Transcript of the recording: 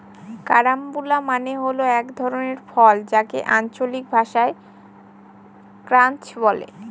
carambola মানে হল এক ধরনের ফল যাকে আঞ্চলিক ভাষায় ক্রাঞ্চ বলে